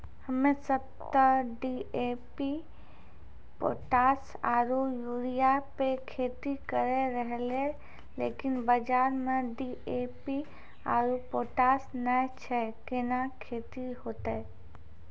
हम्मे सब ते डी.ए.पी पोटास आरु यूरिया पे खेती करे रहियै लेकिन बाजार मे डी.ए.पी आरु पोटास नैय छैय कैना खेती होते?